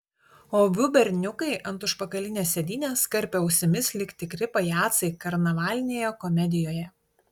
o abu berniukai ant užpakalinės sėdynės karpė ausimis lyg tikri pajacai karnavalinėje komedijoje